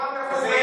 עדיפויות.